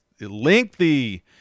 lengthy